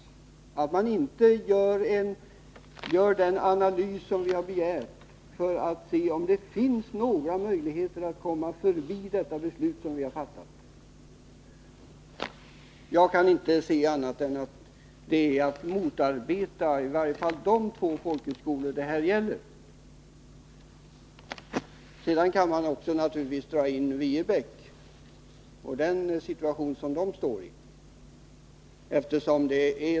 Utskottet vill inte göra den analys som vi har begärt för att man skulle se om det finns några möjligheter att komma förbi det beslut som vi har fattat. Jag kan inte anse annat än att det är att motarbeta i varje fall de två folkhögskolor som det här gäller. Vi kan i debatten naturligtvis också dra in Viebäck och den situation som den skolan befinner sig i.